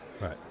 Right